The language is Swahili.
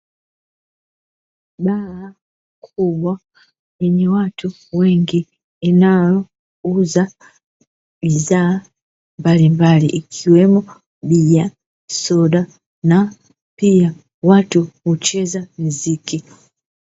Baa kubwa yenye watu wengi, inayouza bidhaa mbalimbali ikiwemo bia, soda na pia watu hucheza muziki.